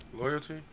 Loyalty